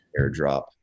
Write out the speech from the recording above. airdrop